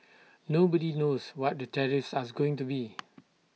nobody knows what the tariffs are going to be